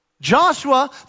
Joshua